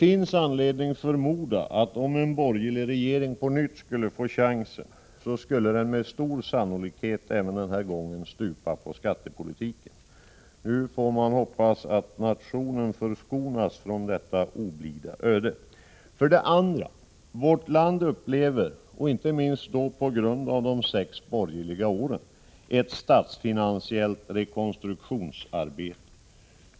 Om en borgerlig regering på nytt skulle få chansen, skulle den med stor sannolikhet även denna gång stupa på skattepolitiken. Nu får man hoppas att nationen förskonas från detta oblida öde. För det andra upplever vårt land, inte minst på grund av de sex borgerliga åren, ett statsfinansiellt rekonstruktionsarbete.